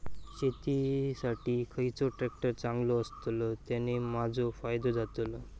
शेती साठी खयचो ट्रॅक्टर चांगलो अस्तलो ज्याने माजो फायदो जातलो?